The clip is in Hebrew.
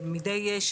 ביותר.